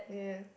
oh yeah